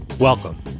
Welcome